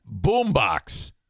Boombox